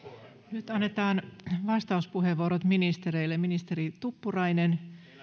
nyt annetaan vastauspuheenvuorot ministereille ministeri tuppurainen